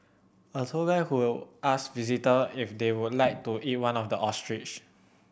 a tour guide who will asked visitor if they would like to eat one of the ostriches